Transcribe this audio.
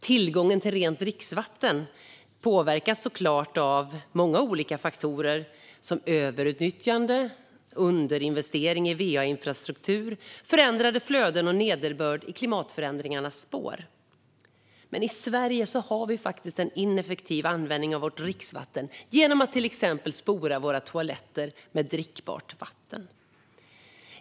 Tillgången till rent dricksvatten påverkas såklart av många olika faktorer, till exempel överutnyttjande, underinvestering i va-infrastruktur, förändrade flöden och nederbörd i klimatförändringarnas spår. Men i Sverige har vi faktiskt en ineffektiv användning av vårt dricksvatten genom att exempelvis spola våra toaletter med drickbart vatten.